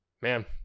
man